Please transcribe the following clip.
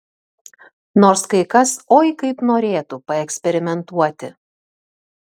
nors kai kas oi kaip norėtų paeksperimentuoti